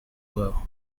well